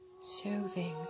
soothing